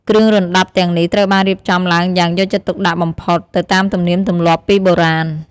គ្រឿងរណ្តាប់ទាំងនេះត្រូវបានរៀបចំឡើងយ៉ាងយកចិត្តទុកដាក់បំផុត ទៅតាមទំនៀមទម្លាប់ពីបុរាណ។